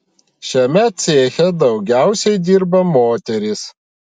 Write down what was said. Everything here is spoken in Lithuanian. šiame ceche daugiausiai dirba moterys